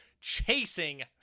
chasing